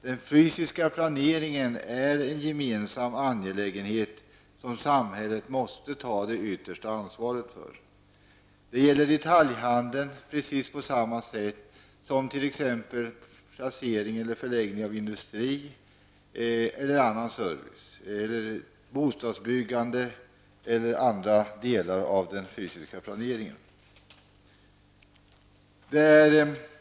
Den fysiska planeringen är en gemensam angelägenhet som samhället måste ha det yttersta ansvaret för. Det gäller detaljhandeln precis på samma sätt som t.ex. placering och förläggning av industrier eller annan service, bostadsbyggande eller andra delar av den fysiska planeringen.